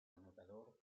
anotador